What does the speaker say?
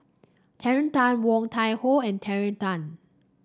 Terry Tan Woon Tai Ho and Terry Tan